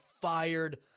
fired